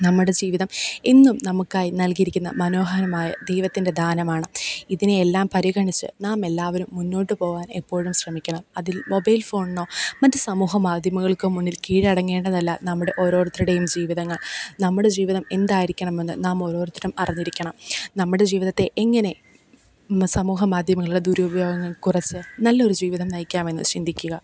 നമ്മുടെ ജീവിതം എന്നും നമുക്കായി നൽകിയിരിക്കുന്ന മനോഹാരമായ ദൈവത്തിൻ്റെ ദാനമാണ് ഇതിനെയെല്ലാം പരിഗണിച്ച് നാമെല്ലാവരും മുന്നോട്ട് പോകാൻ എപ്പോഴും ശ്രമിക്കണം അതിൽ മൊബൈൽ ഫോൺണോ മറ്റ് സമൂഹം മാധ്യമങ്ങൾക്കോ മുന്നിൽ കീഴടങ്ങേണ്ടതല്ല നമ്മുടെ ഓരോരുത്തരുടെയും ജീവിതങ്ങൾ നമ്മുടെ ജീവിതം എന്തായിരിക്കണമെന്ന് നാം ഓരോരുത്തരും അറിഞ്ഞിരിക്കണം നമ്മുടെ ജീവിതത്തെ എങ്ങനെ സമൂഹ മാധ്യമങ്ങളിലെ ദുരുപയോഗങ്ങൾ കുറച്ച് നല്ലൊരു ജീവിതം നയിക്കാമെന്ന് ചിന്തിക്കുക